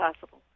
possible